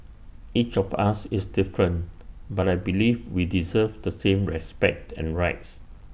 each of us is different but I believe we deserve the same respect and rights